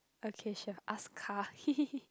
okay sure ask car [hee] [hee] [hee]